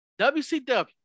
WCW